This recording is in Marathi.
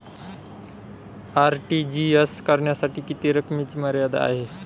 आर.टी.जी.एस करण्यासाठी किती रकमेची मर्यादा आहे?